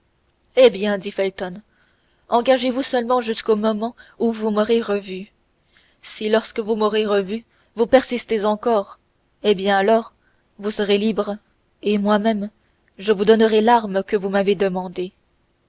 eh bien dit felton engagez-vous seulement jusqu'au moment où vous m'aurez revu si lorsque vous m'aurez revu vous persistez encore eh bien alors vous serez libre et moi-même je vous donnerai l'arme que vous m'avez demandée